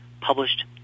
published